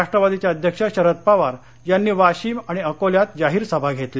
राष्ट्रवादीचे अध्यक्ष शरद पवार यांनी वाशीम आणि अकोल्यात जाहीर सभा घेतल्या